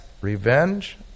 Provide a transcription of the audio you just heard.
revenge